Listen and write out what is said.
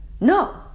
no